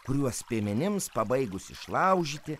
kuriuos piemenims pabaigus išlaužyti